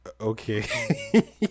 Okay